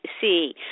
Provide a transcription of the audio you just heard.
see